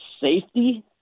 safety